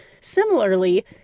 Similarly